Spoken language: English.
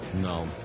No